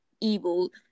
evil